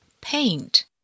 Paint